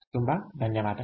ತುಂಬ ಧನ್ಯವಾದಗಳು